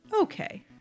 Okay